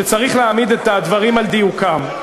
וצריך להעמיד את הדברים על דיוקם,